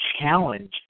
challenge